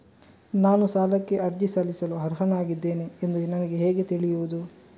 ನಾನು ಸಾಲಕ್ಕೆ ಅರ್ಜಿ ಸಲ್ಲಿಸಲು ಅರ್ಹನಾಗಿದ್ದೇನೆ ಎಂದು ನನಗೆ ಹೇಗೆ ತಿಳಿಯುದು?